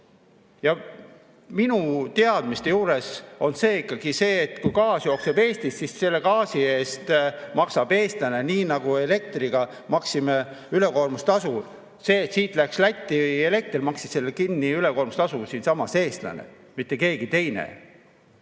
Minu teadmiste juures on ikkagi nii, et kui gaas jookseb Eestist, siis selle gaasi eest maksab eestlane, nii nagu elektriga maksime ülekoormustasu. Selle, et siit läks Lätti elekter, maksis kinni ülekoormustasu näol siinsamas eestlane, mitte keegi teine.